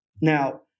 Now